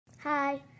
Hi